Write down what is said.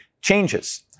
changes